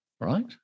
right